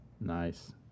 Nice